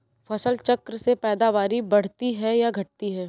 फसल चक्र से पैदावारी बढ़ती है या घटती है?